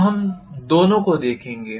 तो हम दोनों को देखेंगे